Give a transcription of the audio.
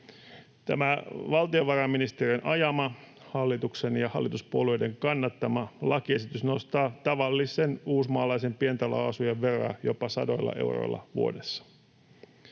Tämä valtiovarainministeriön ajama, hallituksen ja hallituspuolueiden kannattama lakiesitys nostaa tavallisen uusmaalaisen pientaloasujan veroja jopa sadoilla euroilla vuodessa.